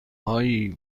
هایی